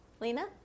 lena